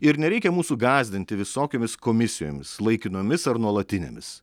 ir nereikia mūsų gąsdinti visokiomis komisijomis laikinomis ar nuolatinėmis